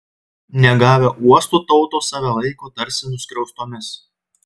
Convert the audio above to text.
negavę uostų tautos save laiko tarsi nuskriaustomis